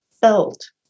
felt